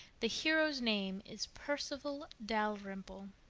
the hero's name is perceval dalrymple.